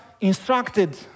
instructed